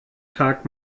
tag